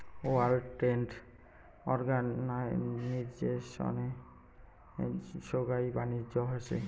world trade অর্গানিজশনে সোগাই বাণিজ্য হসে